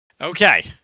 Okay